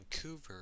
Vancouver